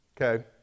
Okay